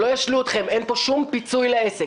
שלא ישלו אתכם: אין פה שום פיצוי לעסק.